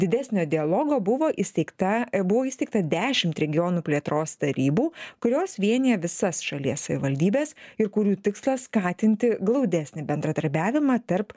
didesnio dialogo buvo įsteigta e buvo įsteigta dešimt regionų plėtros tarybų kurios vienija visas šalies savivaldybes ir kurių tikslas skatinti glaudesnį bendradarbiavimą tarp